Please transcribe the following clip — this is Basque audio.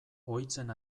ohitzen